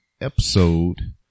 episode